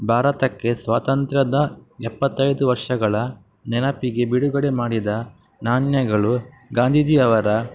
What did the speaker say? ಭಾರತಕ್ಕೆ ಸ್ವಾತಂತ್ರ್ಯದ ಎಪ್ಪತ್ತೈದು ವರ್ಷಗಳ ನೆನಪಿಗೆ ಬಿಡುಗಡೆ ಮಾಡಿದ ನಾಣ್ಯಗಳು ಗಾಂಧೀಜಿ ಅವರ